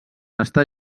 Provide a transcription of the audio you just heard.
estar